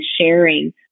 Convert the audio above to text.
sharing